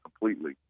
completely